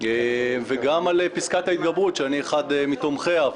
וגם על פסקת ההתגברות, שאני אחד מתומכיה.